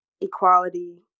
equality